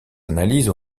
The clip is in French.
analyses